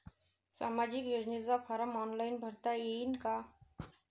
सामाजिक योजनेचा form online भरता येईन का?